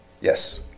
Yes